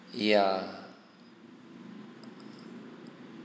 ya